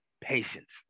patience